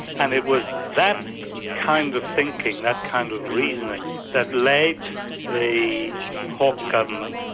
and it was that kind of thinking, that kind of reasoning, that led the hawke government,